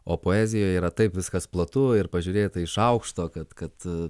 o poezijoje yra taip viskas platu ir pažiūrėta iš aukšto kad kad